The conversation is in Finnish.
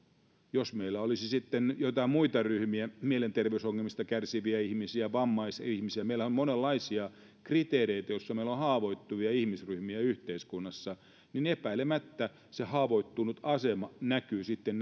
jos meillä olisi joitain muita ryhmiä mielenterveysongelmista kärsiviä ihmisiä vammaisia ihmisiä meillähän on monenlaisia kriteereitä joilla meillä on haavoittuvia ihmisryhmiä yhteiskunnassa niin epäilemättä se haavoittunut asema näkyisi sitten